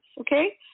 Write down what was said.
okay